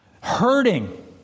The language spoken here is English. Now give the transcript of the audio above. Hurting